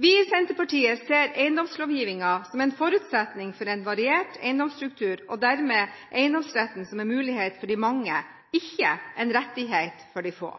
Vi i Senterpartiet ser eiendomslovgivningen som en forutsetning for en variert eiendomsstruktur og dermed eiendomsretten som en mulighet for de mange, ikke en rettighet for de få.